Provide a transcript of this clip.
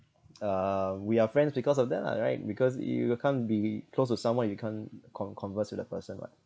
uh we are friends because of that lah right because you can't be close to someone you can't con~ converse with the person [what]